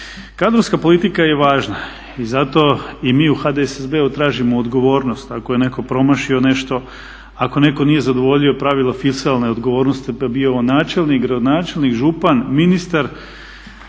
Kadrovska politika je važna i zato i mi u HDSSB-u tražimo odgovornost ako je netko promašio nešto, ako netko nije zadovoljio pravila fiskalne odgovornosti pa bio on načelnik, gradonačelnik, župan, ministar